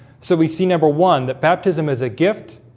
so we see number one that baptism is a gift